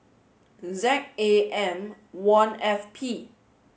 Z A M one F P